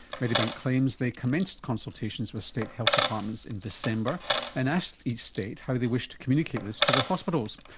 medibank claims they commenced consultations with state health departments in december and asked each state how they wished to communicate this to their hospitals.